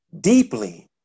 deeply